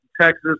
Texas